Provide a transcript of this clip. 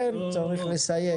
כן אבל צריך לסייג.